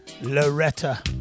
loretta